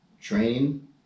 training